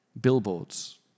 billboards